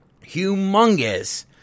humongous